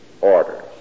orders